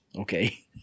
Okay